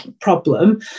problem